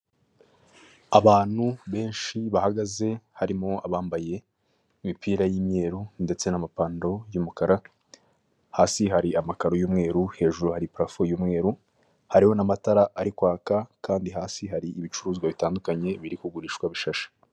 Uyu ni umuhanda wo mu bwoko bwa kaburimbo ugizwe n'amabara y'umukara nu'uturongo tw'umweru, kuruhande hari ibiti birebire by'icyatsi bitoshye, bitanga umuyaga n'amahumbezi ku banyura aho ngaho bose.